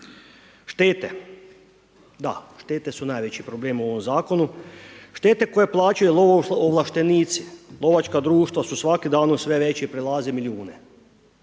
Štete, da štete su najveći problem u ovom zakonu. Štete koje plaćaju lovoovlaštenici, lovačka društva su svakim danom sve veće i prelaze milijune.